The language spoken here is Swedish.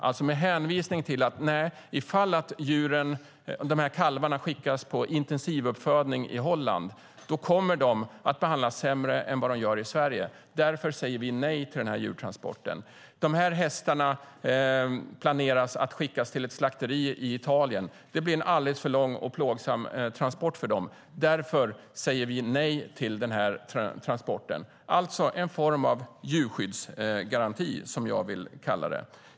Om transporten gäller kalvar som skickas på intensivuppfödning i Holland kommer de att behandlas sämre än i Sverige, och då ska man kunna säga nej till den djurtransporten. Om transporten gäller hästar som ska skickas till ett slakteri i Italien blir det en alldeles för lång och plågsam transport för dem. Då ska man kunna säga nej till transporten. Det är alltså en form av djurskyddsgaranti, som jag vill kalla det.